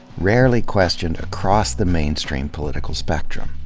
rarely questioned across the mainstream political spectrum.